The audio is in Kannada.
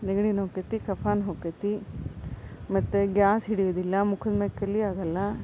ನೆಗಡಿಯೂ ಹೋಕ್ಕತಿ ಕಫಾನೂ ಹೋಕ್ಕತಿ ಮತ್ತು ಗ್ಯಾಸ್ ಹಿಡಿಯೋದಿಲ್ಲ ಮುಖದ ಮ್ಯಾಗ ಕಲೆ ಆಗಲ್ಲ